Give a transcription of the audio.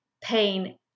pain